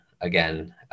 again